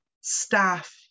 staff